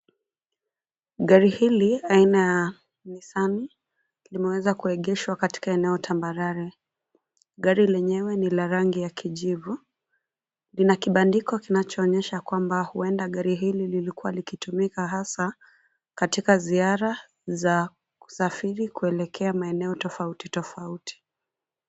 Gari hili aina ya nissan , limeweza kuegeshwa katika eneo tambarare. Gari lenyewe ni la rangi ya kijivu. Lina kibandikwa kinachoonyesha kwamba huenda gari hili lilikuwa likitumika hasa katika ziara za kusafiri kuelekea maeneo tofauti tofauti.